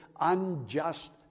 unjust